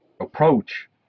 approach